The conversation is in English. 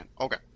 okay